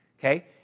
Okay